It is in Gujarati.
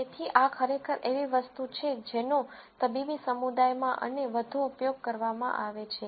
તેથી આ ખરેખર એવી વસ્તુ છે જેનો તબીબી સમુદાયમાં અને વધુ ઉપયોગ કરવામાં આવે છે